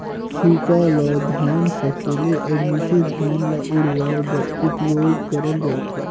सूपा ल धान सकेले अउ मिसे धान ल उड़वाए बर उपियोग करल जाथे